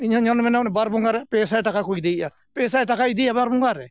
ᱤᱧᱦᱚᱸ ᱵᱟᱨ ᱵᱚᱸᱜᱟ ᱨᱮ ᱯᱮᱥᱟᱭ ᱴᱟᱠᱟ ᱠᱚ ᱤᱫᱤᱭᱮᱜᱼᱟ ᱯᱮᱥᱟᱭ ᱴᱟᱠᱟ ᱤᱫᱤᱭᱟ ᱵᱟᱨ ᱵᱚᱸᱜᱟ ᱨᱮ